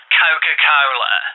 coca-cola